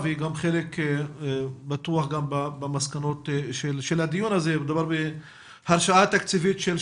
זה בדיוק מה שאני מרגישה כאן